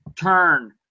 turn